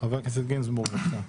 חבר הכנסת גינזבורג, בבקשה.